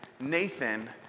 Nathan